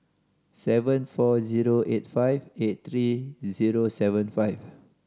seven four zero eight five eight three zero seven five